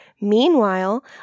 Meanwhile